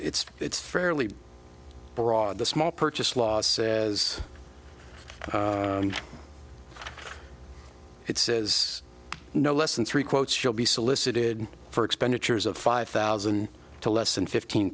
it's it's fairly broad the small purchase law says it says no less than three quotes should be solicited for expenditures of five thousand to less than fifteen